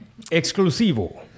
exclusivo